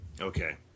Okay